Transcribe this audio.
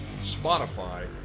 Spotify